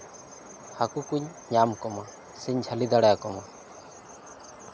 ᱦᱟᱹᱠᱩ ᱠᱩᱧ ᱧᱟᱢ ᱠᱚᱢᱟ ᱥᱮᱧ ᱡᱷᱟᱹᱞᱤ ᱫᱟᱲᱮ ᱟᱠᱚ ᱢᱟ